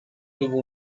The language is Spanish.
tuvo